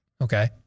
Okay